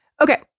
okay